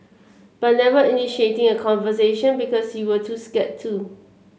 but never initiating a conversation because you were too scared to